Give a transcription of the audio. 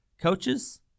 Coaches